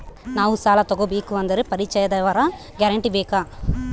ನಾವು ಸಾಲ ತೋಗಬೇಕು ಅಂದರೆ ಪರಿಚಯದವರ ಗ್ಯಾರಂಟಿ ಬೇಕಾ?